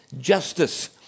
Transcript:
justice